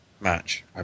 match